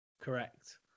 Correct